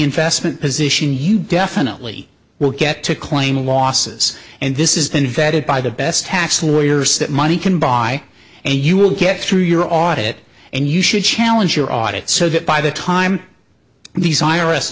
investment position you definitely will get to claim losses and this is been vetted by the best tax lawyers that money can buy and you will get through your audit and you should challenge your audit so that by the time these i